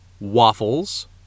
Waffles